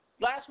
Last